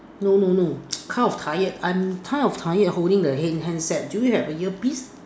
no no no kind of tired I am kind of tired holding the head handset do you have a earpiece